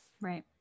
Right